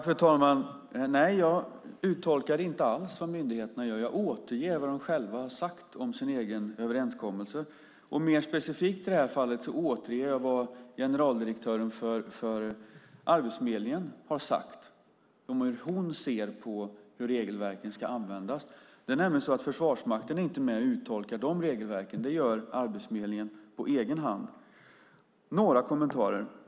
Fru talman! Nej, jag uttolkar inte alls vad myndigheterna gör. Jag återger vad de själva har sagt om sin egen överenskommelse. Mer specifikt i det här fallet återger jag vad generaldirektören för Arbetsförmedlingen har sagt, hur hon ser på hur regelverken ska användas. Försvarsmakten är nämligen inte med att uttolka de regelverken, utan det gör Arbetsförmedlingen på egen hand. Jag har några kommentarer.